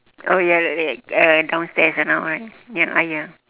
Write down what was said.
oh ya like like uh downstairs just now right ya ah ya